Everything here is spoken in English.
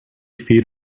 feet